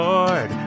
Lord